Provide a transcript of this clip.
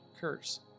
curse